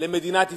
למדינת ישראל,